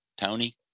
Tony